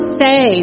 say